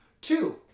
Two